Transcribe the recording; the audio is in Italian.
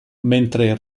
mentre